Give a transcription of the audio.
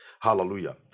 hallelujah